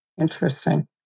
Interesting